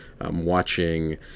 watching